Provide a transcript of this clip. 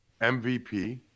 MVP